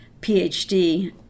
PhD